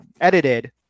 edited